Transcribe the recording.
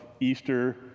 Easter